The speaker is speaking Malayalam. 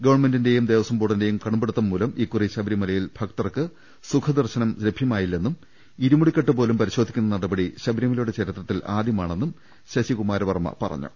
ഗവൺമെന്റിന്റെയും ദേവസ്വം ബോർഡി ന്റെയും കടുംപിടുത്തം മൂലം ഇക്കുറി ശബരിമലയിൽ ഭക്തർക്ക് സൂഖദർശനം ലഭൃമായില്ലെന്നും ഇരുമുടിക്കെട്ടുപോലും പരിശോധി ക്കുന്ന നടപടി ശബരിമലയുടെ ചരിത്രത്തിൽ ആദ്യമാണെന്നും ശശി കുമാര വർമ്മ പറഞ്ഞു